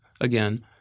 again